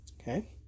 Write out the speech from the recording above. Okay